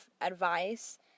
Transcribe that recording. advice